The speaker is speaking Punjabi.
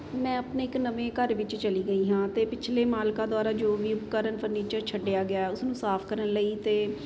ਮੈਂ ਆਪਣੇ ਇੱਕ ਨਵੇਂ ਘਰ ਵਿੱਚ ਚਲੀ ਗਈ ਹਾਂ ਅਤੇ ਪਿਛਲੇ ਮਾਲਕਾਂ ਦੁਆਰਾ ਜੋ ਵੀ ਘਰ ਫਰਨੀਚਰ ਛੱਡਿਆ ਗਿਆ ਉਸਨੂੰ ਸਾਫ ਕਰਨ ਲਈ ਅਤੇ